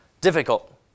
difficult